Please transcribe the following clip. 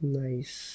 nice